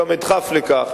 גם אדחוף לכך,